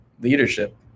leadership